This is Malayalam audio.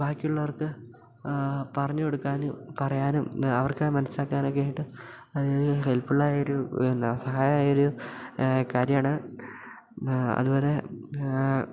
ബാക്കിയുള്ളവർക്ക് പറഞ്ഞു കൊടുക്കാനും പറയാനും അവർക്കത് മനസ്സിലാക്കാനൊക്കെ ആയിട്ട് ഹെൽപ്ഫുള്ള് ആയ ഒരു എന്നാ സഹായം ആയ ഒരു കാര്യമാണ് അതുപോലെ